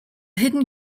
hidden